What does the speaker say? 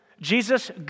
Jesus